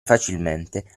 facilmente